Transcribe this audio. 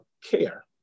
care